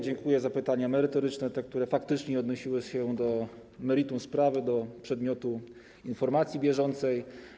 Dziękuję za pytania merytoryczne, te, które faktycznie odnosiły się do meritum sprawy, do przedmiotu informacji bieżącej.